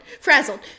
frazzled